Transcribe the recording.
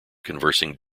conversing